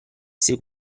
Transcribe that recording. sei